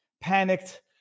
Panicked